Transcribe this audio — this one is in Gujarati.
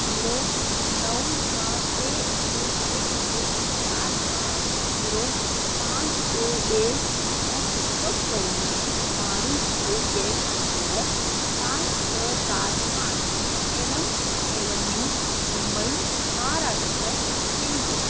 જીરો નવ ત્રણ બે એક બે એક ચાર ત્રણ જીરો પાંચ બે બેનો ઉપયોગ કરીને મારું કુલ ગેસ સિલેન્ડર પાંચ છ સાત આઠ એનમ એવન્યુ મુંબઇ મહારાષ્ટ્ર પિનકોડ